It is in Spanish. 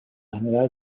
general